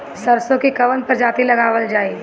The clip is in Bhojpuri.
सरसो की कवन प्रजाति लगावल जाई?